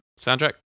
soundtrack